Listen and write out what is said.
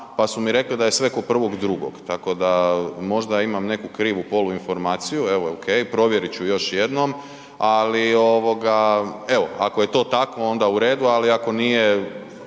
pa su mi rekli da je sve kao 1.2. tako da možda imam neku krivu poluinformaciju, evo, okej, provjerit ću još jednom, ali evo, ako je to tako, onda u redu, ali ako nije,